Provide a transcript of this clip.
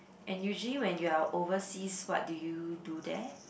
and usually when you're overseas what do you do there